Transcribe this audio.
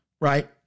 right